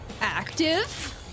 active